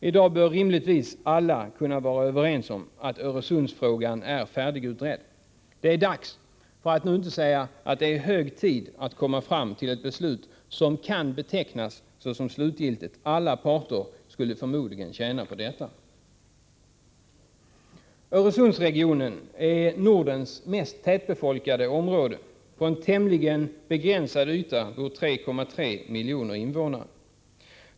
I dag bör rimligtvis alla kunna vara överens om att Öresundsfrågan är färdigutredd. Det är dags — för att inte säga hög tid — att komma fram till ett beslut som kan betecknas som slutgiltigt. Alla parter skulle förmodligen tjäna på det. Öresundsregionen är Nordens mest tätbefolkade område. På en tämligen begränsad yta bor 3,3 miljoner invånare.